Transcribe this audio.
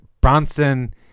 Bronson